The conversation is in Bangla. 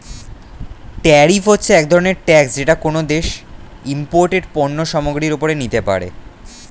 ট্যারিফ হচ্ছে এক ধরনের ট্যাক্স যেটা কোনো দেশ ইমপোর্টেড পণ্য সামগ্রীর ওপরে নিতে পারে